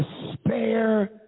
despair